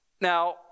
Now